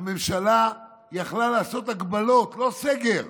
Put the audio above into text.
הממשלה יכלה לעשות הגבלות, לא סגר.